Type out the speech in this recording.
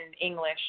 English